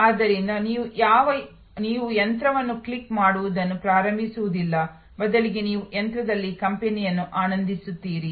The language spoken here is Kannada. ಆದ್ದರಿಂದ ನೀವು ಯಂತ್ರವನ್ನು ಕ್ಲಿಕ್ ಮಾಡುವುದನ್ನು ಪ್ರಾರಂಭಿಸುವುದಿಲ್ಲ ಬದಲಿಗೆ ನೀವು ಯಂತ್ರದಲ್ಲಿ ಕಂಪನಿಯನ್ನು ಆನಂದಿಸುತ್ತೀರಿ